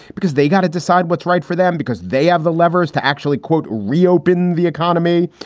because they got to decide what's right for them because they have the levers to actually, quote, reopen the economy.